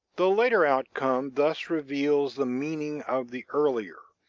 the later outcome thus reveals the meaning of the earlier,